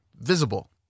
visible